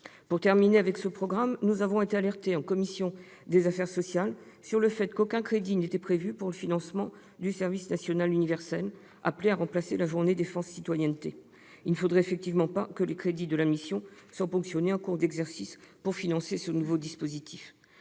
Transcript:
Pour en terminer avec ce programme, j'indique que la commission des affaires sociales a été alertée sur le fait qu'aucun crédit n'était prévu pour le financement du service national universel, appelé à remplacer la Journée défense et citoyenneté. Il ne faudrait pas que les crédits de la mission soient ponctionnés en cours d'exercice pour financer ce nouveau dispositif.